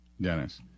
Dennis